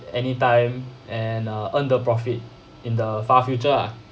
anytime and uh earn the profit in the far future lah